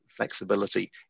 flexibility